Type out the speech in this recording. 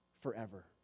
forever